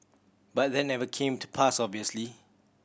but that never came to pass obviously